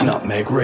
Nutmeg